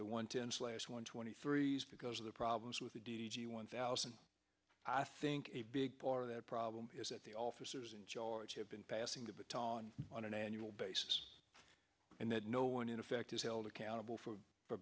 the one tense last one twenty three because of the problems with the d g one thousand i think a big part of the problem is that the officers in charge have been passing the baton on an annual basis and that no one in effect is held accountable for